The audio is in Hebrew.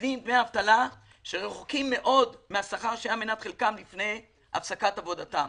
מקבלים דמי אבטלה שרחוקים מאוד מהשכר שהיה מנת חלקם לפני הפסקת עבודתם.